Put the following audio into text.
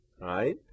right